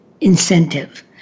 incentive